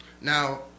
Now